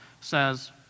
says